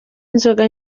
inzoga